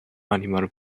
animal